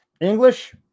English